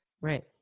Right